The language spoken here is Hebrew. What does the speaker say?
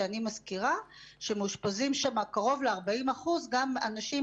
שאני מזכירה שמאושפזים שם קרוב ל-40% גם אנשים